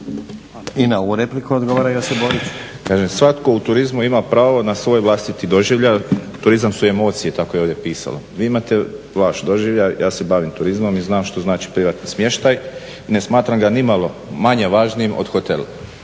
I na ovu repliku odgovara Josip Borić. **Borić, Josip (HDZ)** Kažem svatko u turizmu ima pravo na svoj vlastiti doživljaj, turizam su emocije tako je ovdje pisalo. Vi imate vaš doživljaj, ja se bavim turizmom i znam što znači privatni smještaj i ne smatram ga nimalo manje važnim od hotela.